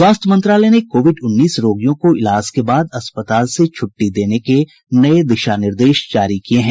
वास्थ्य मंत्रालय ने कोविड उन्नीस रोगियों को इलाज के बाद अस्पताल से छुट्टी देने के नए दिशा निर्देश जारी किए हैं